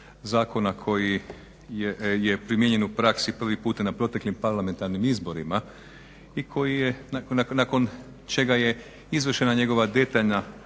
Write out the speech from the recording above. zakona koji je primijenjen u praksi prvi puta na proteklim parlamentarnim izborima i nakon čega je izvršena njegova detaljna